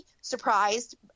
surprised